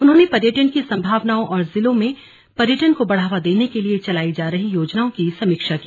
उन्होंने पर्यटन की सम्भावनाओं और जिलों में पर्यटन को बढ़ावा देने के लिए चलायी जा रही योजनाओ की समीक्षा की